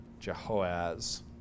Jehoaz